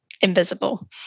invisible